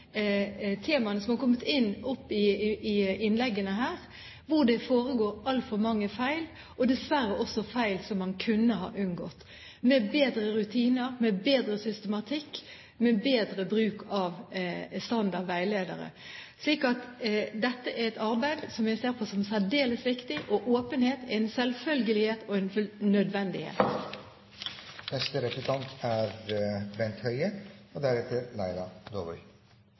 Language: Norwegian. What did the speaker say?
temaene som er kommet opp i innleggene her, som avdekker at det forekommer altfor mange feil – dessverre også feil som man kunne ha unngått med bedre rutiner, med bedre systematikk, med bedre bruk av standard veiledere. Så dette er et arbeid som jeg ser på som særdeles viktig, og åpenhet er en selvfølgelighet og en nødvendighet. Både i brevene fra helseministeren og i argumentasjonen er